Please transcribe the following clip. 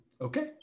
Okay